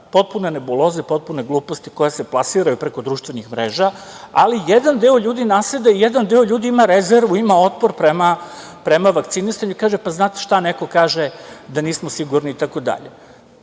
Potpune nebuloze, potpune gluposti koje se plasiraju preko društvenih mreža, ali jedan deo ljudi naseda i jedan deo ljudi ima rezervu, ima otpor prema vakcinisanju, pa kažu – znate šta, neko kaže da nismo sigurni itd. Ta